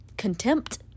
contempt